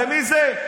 ומי זה?